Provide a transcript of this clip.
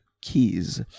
keys